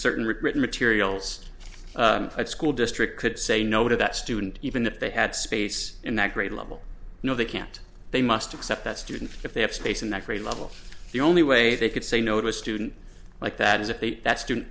certain written materials a school district could say no to that student even if they had space in that grade level no they can't they must accept that student if they have space in that grade level the only way they could say no to a student like that is if they that student